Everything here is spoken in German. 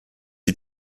die